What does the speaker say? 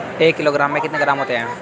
एक किलोग्राम में कितने ग्राम होते हैं?